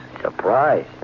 Surprise